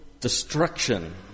destruction